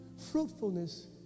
fruitfulness